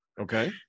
Okay